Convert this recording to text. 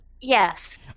Yes